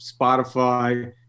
Spotify